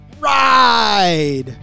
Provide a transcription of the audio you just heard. ride